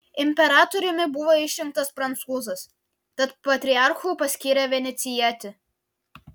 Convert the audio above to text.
imperatoriumi buvo išrinktas prancūzas tad patriarchu paskyrė venecijietį